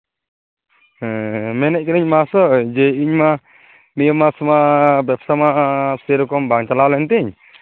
ᱦᱮᱸ ᱢᱮᱱᱮᱫ ᱠᱟᱹᱱᱟᱹᱧ ᱢᱟᱦᱟᱥᱚᱭ ᱡᱮ ᱤᱧᱢᱟ ᱱᱤᱭᱟᱹ ᱢᱟᱥ ᱢᱟ ᱵᱮᱵᱽᱥᱟ ᱢᱟ ᱥᱮᱨᱚᱠᱚᱢ ᱵᱟᱝ ᱪᱟᱞᱟᱣ ᱞᱮᱱ ᱛᱤᱧ